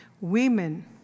Women